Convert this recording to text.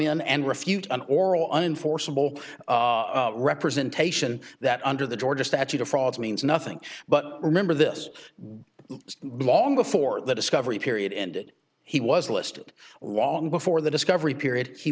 in and refute an oral unenforceable representation that under the georgia statute of frauds means nothing but remember this belong before the discovery period and he was listed long before the discovery period he